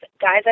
guys